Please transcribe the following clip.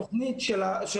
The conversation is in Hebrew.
יש היום תוכנית של הוות"ת,